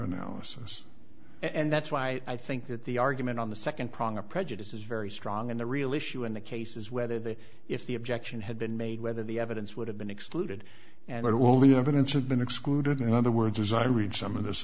analysis and that's why i think that the argument on the second prong of prejudice is very strong and the real issue in the case is whether the if the objection had been made whether the evidence would have been excluded and all the evidence has been excluded in other words as i read some of this